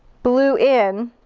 blue in